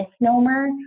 misnomer